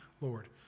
Lord